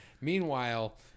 meanwhile